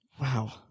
Wow